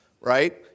Right